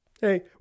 Hey